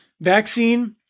vaccine